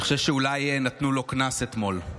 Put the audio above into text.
אני חושב שאולי נתנו לו קנס אתמול.